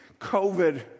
COVID